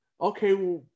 Okay